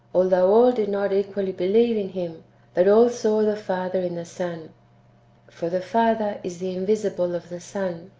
although all did not equally believe in him but all saw the father in the son for the father is the invisible of the son,